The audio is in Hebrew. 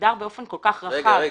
מוגדר באופן כל כך רחב.